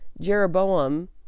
Jeroboam